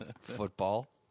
Football